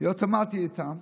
היא אוטומטית איתם.